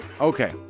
okay